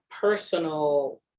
personal